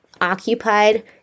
occupied